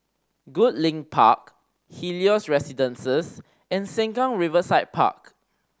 Goodlink Park Helios Residences and Sengkang Riverside Park